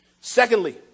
Secondly